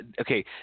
Okay